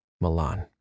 Milan